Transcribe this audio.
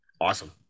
Awesome